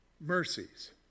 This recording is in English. mercies